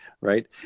Right